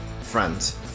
Friends